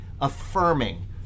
affirming